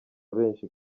benshi